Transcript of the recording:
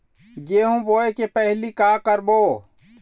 गेहूं बोए के पहेली का का करबो?